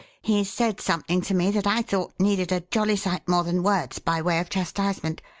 he said something to me that i thought needed a jolly sight more than words by way of chastisement,